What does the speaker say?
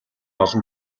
олон